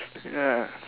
ah